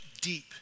deep